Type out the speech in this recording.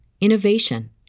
innovation